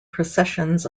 processions